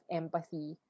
empathy